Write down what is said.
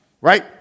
Right